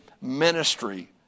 ministry